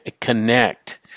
connect